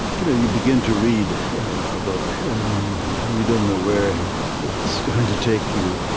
you know you begin to read a book you don't know where it's going to take you.